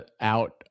out